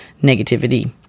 negativity